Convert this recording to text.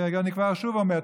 ואני כבר שוב אומר,